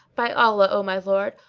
by allah, o my lord,